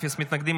אין מתנגדים.